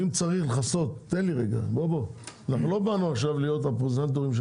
אנחנו לא באנו להיות הפרזנטורים של